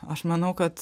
aš manau kad